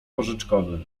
porzeczkowy